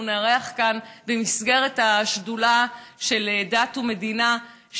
נארח כאן במסגרת השדולה של דת ומדינה,